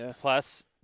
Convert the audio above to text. plus